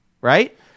right